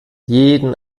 jeden